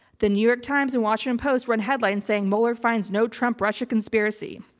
the new york times and washington post run headlines saying mueller finds no trump russia conspiracy.